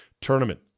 Tournament